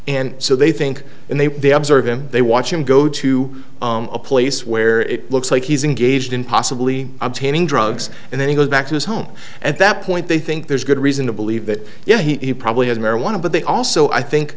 and so they think and they they observe him they watch him go to a place where it looks like he's engaged in possibly obtaining drugs and then he goes back to his home and at that point they think there's good reason to believe that you know he probably had marijuana but they also i think